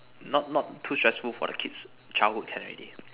not not too stressful for the kids childhood can already